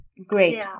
Great